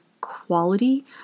quality